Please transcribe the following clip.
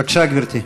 בבקשה, גברתי.